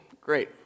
great